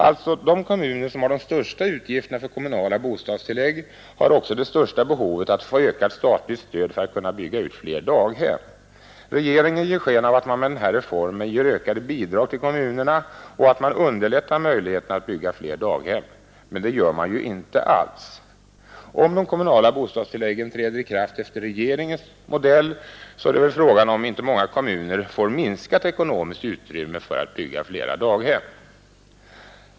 Alltså: De kommuner som har de största utgifterna för kommunala bostadstillägg har också det största behovet att få ökat statligt stöd för att kunna bygga fler daghem. Regeringen ger sken av att man med den här reformen ger ökade bidrag till kommunerna och att man underlättar möjligheterna att bygga fler daghem. Det gör man ju inte alls. Om de kommunala bostadstilläggen träder i kraft efter regeringens modell är det fråga om inte många kommuner får minskat ekonomiskt utrymme för att bygga fler daghem.